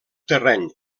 terreny